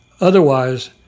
Otherwise